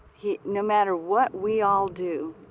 no matter what we all do,